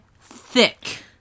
thick